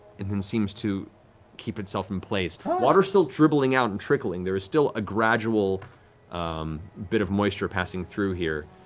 and then seems to keep itself in place. water's still dribbling out and trickling, there is still a gradual bit of moisture passing through here,